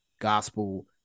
gospel